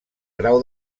grau